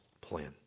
plan